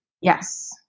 Yes